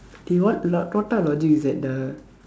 eh what luck what type of logic is that ah